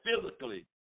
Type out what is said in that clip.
physically